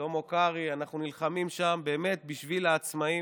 שלמה קרעי, אנחנו נלחמים שם באמת בשביל העצמאים.